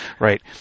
right